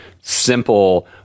simple